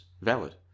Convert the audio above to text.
valid